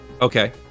Okay